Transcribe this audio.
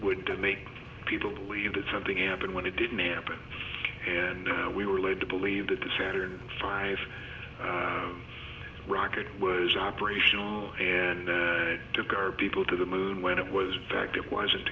would make people believe that something happened when it didn't happen and we were led to believe that the saturn five rocket was operational and they took our people to the moon when it was back it wasn't